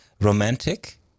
romantic